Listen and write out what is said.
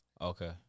okay